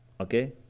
Okay